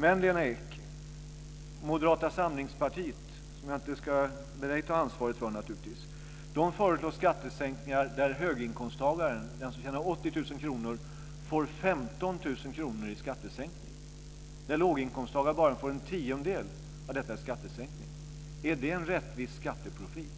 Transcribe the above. Men Moderata samlingspartiet, som jag naturligtvis inte ska be Lena Ek ta ansvar för, föreslår skattesänkningar där höginkomsttagaren - den som tjänar 80 000 kr - får 15 000 kr i skattesänkning. Låginkomsttagare får bara en tiondel av detta i skattesänkning. Är det en rättvis skatteprofil?